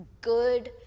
good